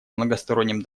многосторонним